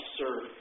serve